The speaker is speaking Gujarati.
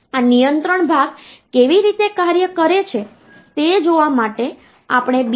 5 ને 2 વડે ભાગ્યા તો આ 2 ભાગાકાર આપે છે અને શેષ 1 રહે છે